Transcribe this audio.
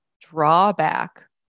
drawback